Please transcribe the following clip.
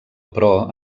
però